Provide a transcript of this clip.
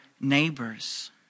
neighbors